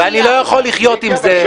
ואני לא יכול לחיות עם זה,